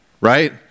right